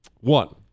one